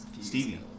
Stevie